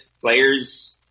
players